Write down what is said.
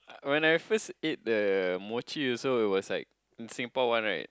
when I first ate the mochi also it was like Singapore one right